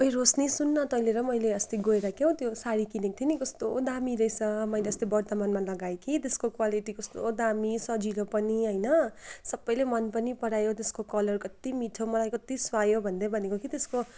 ओइ रोशनी सुन् न तैँले र मैले अस्ति गएर क्याउ त्यो साडी किनेको थियो नि कस्तो दामी रहेछ मैले अस्ति वर्तमानमा लगाएँ कि त्यसको क्वालिटी कस्तो दामी सजिलो पनि होइन सबैलेले मन पनि परायो त्यसको कलर कति मिठो मलाई कति सुहायो भन्दै भनेको कि त्यसको